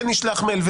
כן נשלח מייל,